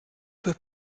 für